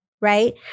Right